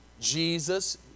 Jesus